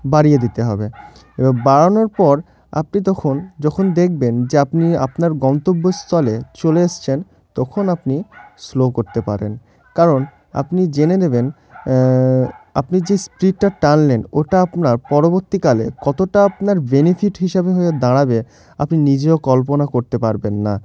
বাড়িয়ে দিতে হবে এবার বাড়ানোর পর আপনি তখন যখন দেখবেন যে আপনি আপনার গন্তব্যস্থলে চলে এসেছেন তখন আপনি স্লো করতে পারেন কারণ আপনি জেনে নেবেন আপনি যে স্পিডটা টানলেন ওটা আপনার পরবর্তীকালে কতটা আপনার বেনিফিট হিসাবে হয়ে দাঁড়াবে আপনি নিজেও কল্পনা করতে পারবেন না